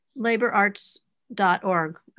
Laborarts.org